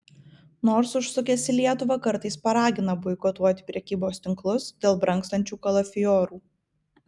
nors užsukęs į lietuvą kartais paragina boikotuoti prekybos tinklus dėl brangstančių kalafiorų